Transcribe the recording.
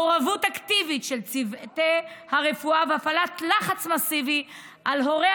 מעורבות אקטיבית של צוותי הרפואה והפעלת לחץ מסיבי על הורי